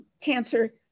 cancer